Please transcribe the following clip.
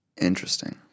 Interesting